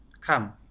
come